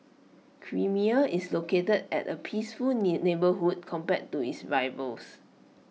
creamier is located at A peaceful neighbourhood compared to its rivals